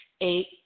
Eight